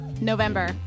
November